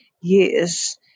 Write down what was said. years